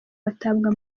batabwa